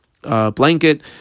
Blanket